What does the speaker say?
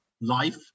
life